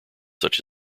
such